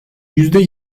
yüzde